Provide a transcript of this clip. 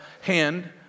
hand